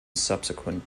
subsequent